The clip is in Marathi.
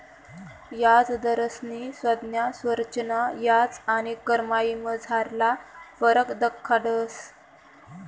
याजदरस्नी संज्ञा संरचना याज आणि कमाईमझारला फरक दखाडस